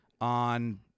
on